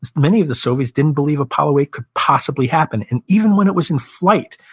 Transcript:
many of the soviets didn't believe apollo eight could possible happen. and even when it was in flight,